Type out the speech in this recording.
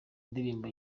ndirimbo